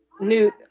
new